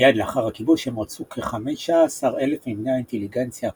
מיד לאחר הכיבוש הם רצחו כ-15,000 מבני האינטליגנציה הפולנית,